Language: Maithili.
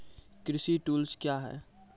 कृषि टुल्स क्या हैं?